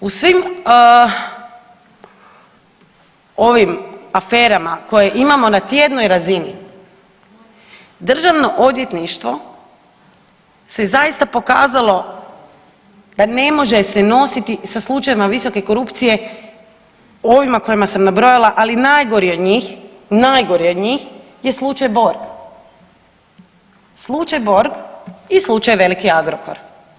Dalje, u svim ovim aferama koje imamo na tjednoj razini Državno odvjetništvo se zaista pokazalo da ne može se nositi sa slučajevima visoke korupcije ovima kojima sam nabrojala, ali najgori od njih, najgori od njih je slučaj Borg, slučaj Borg i slučaj veliki Agrokor.